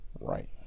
Right